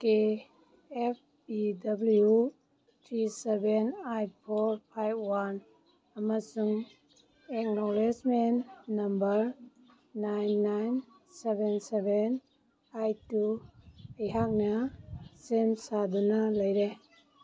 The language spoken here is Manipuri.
ꯀꯦ F P W three seven eight four five one ꯑꯃꯁꯨꯡ acknowledgement number nine nine seven seven eight two ꯑꯩꯍꯥꯛꯅ ꯁꯦꯝ ꯁꯥꯗꯨꯅ ꯂꯩꯔꯦ